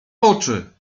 oczy